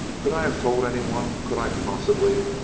could i have told anyone? could i, possibly?